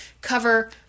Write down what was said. cover